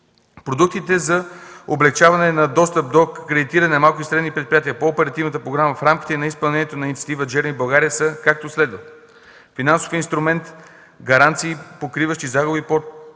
Продуктите за облекчаване на достъп до кредитиране на малки и средни предприятия по оперативната програма в рамките на изпълнението на инициатива „Джереми България” са, както следва: Финансов инструмент „Гаранции покриващи загуби по